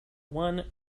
one